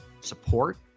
support